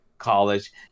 college